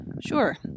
Sure